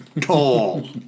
tall